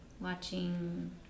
watching